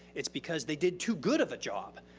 it's because they did too good of a job.